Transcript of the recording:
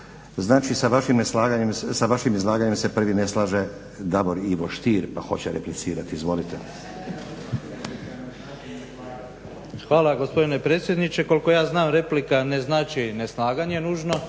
sa vašim izlaganjem se prvi ne slaže Davor Ivor Stier pa hoće replicirati. Izvolite. **Stier, Davor Ivo (HDZ)** Hvala gospodine predsjedniče, koliko ja znam replika ne znači neslaganje nužno.